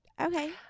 Okay